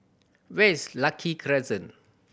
where is Lucky Crescent